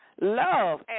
love